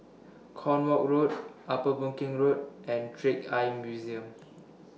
Cornwall Road Upper Boon Keng Road and Trick Eye Museum